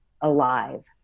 alive